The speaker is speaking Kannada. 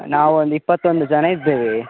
ನಾವೊಂದು ಇಪ್ಪತ್ತೊಂದು ಜನ ಇದ್ದೇವೆ